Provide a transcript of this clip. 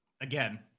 again